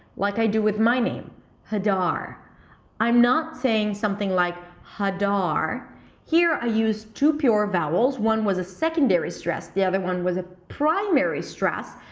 like i do with my name hadar i'm not saying something like hadar here i used two pure vowels, one was a secondary stress, the other one was a primary stress.